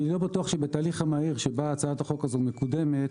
אני לא בטוח שבתהליך המהיר שבו הצעת החוק הזאת מקודמת